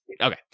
Okay